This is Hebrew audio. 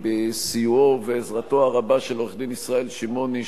בסיועו ובעזרתו הרבה של עורך-דין ישראל שמעוני,